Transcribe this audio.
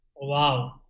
Wow